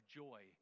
joy